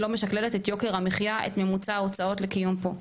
לא משקללת את יוקר המחייה ואת ממוצע ההוצאות הנחוצות לקיום פה.